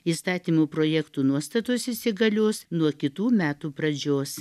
įstatymų projektų nuostatos įsigalios nuo kitų metų pradžios